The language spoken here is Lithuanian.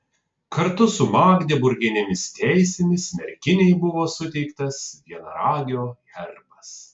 kartu su magdeburginėmis teisėmis merkinei buvo suteiktas vienaragio herbas